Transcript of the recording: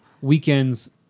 Weekends